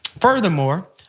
Furthermore